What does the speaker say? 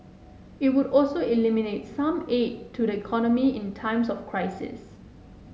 it would also eliminate some aid to the economy in times of crisis